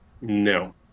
No